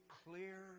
clear